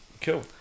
cool